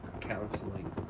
counseling